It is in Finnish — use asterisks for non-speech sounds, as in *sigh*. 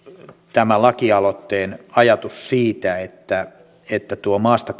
tätä lakialoitteen ajatusta siitä että että tuota maasta *unintelligible*